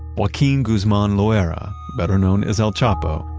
joaquin guzman loera, better known as el chapo,